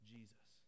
Jesus